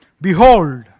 Behold